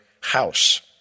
house